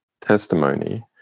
testimony